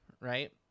right